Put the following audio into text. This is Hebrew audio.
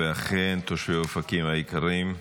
ואכן, תושבי אופקים היקרים,